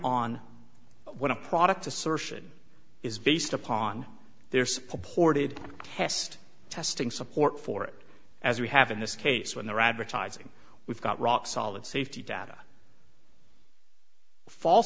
on what a product assertion is based upon their supported test testing support for it as we have in this case when the rabbits izing we've got rock solid safety data fal